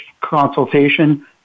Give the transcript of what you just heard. consultation